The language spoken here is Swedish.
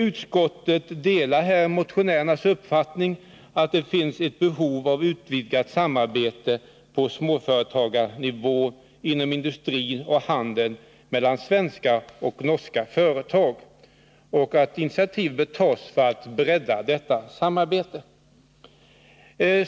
Utskottet delar motionärernas uppfattning att det finns ett behov av vidgat samarbete på småföretagarnivå inom industrin och handeln med svenska och norska företag. Initiativ bör tas för att bredda detta samarbete.